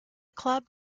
club